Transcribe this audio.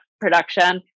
production